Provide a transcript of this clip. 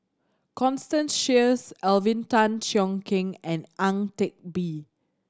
Constance Sheares Alvin Tan Cheong Kheng and Ang Teck Bee